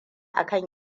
akan